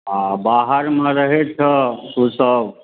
आओर बाहरमे रहै छऽ तू सब